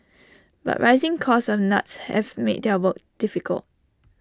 but rising costs of nuts have made their work difficult